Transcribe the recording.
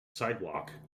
sidewalk